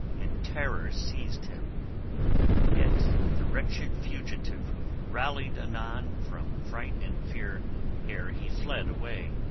and terror seized him yet the wretched fugitive rallied anon from fright and fear ere he fled away,